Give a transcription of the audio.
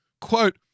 Quote